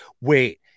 wait